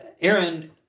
Aaron